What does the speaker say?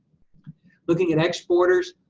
looking at exporters,